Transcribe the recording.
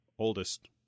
oldest